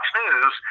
news